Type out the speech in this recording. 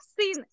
seen